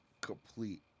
complete